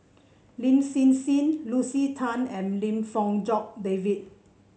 Lin Hsin Hsin Lucy Tan and Lim Fong Jock David